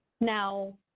Now